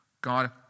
God